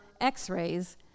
x-rays